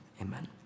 amen